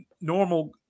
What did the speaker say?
normal